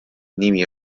nimi